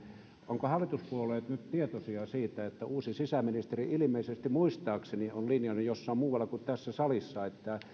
ovatko hallituspuolueet nyt tietoisia siitä että uusi sisäministeri ilmeisesti muistaakseni on linjannut jossain muualla kuin tässä salissa että